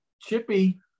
chippy